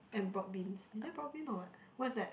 and broad beans is it broad bean or what what's that